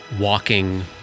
walking